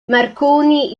marconi